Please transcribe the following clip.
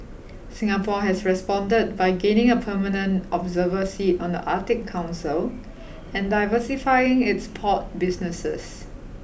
Singapore has responded by gaining a permanent observer seat on the Arctic Council and diversifying its port businesses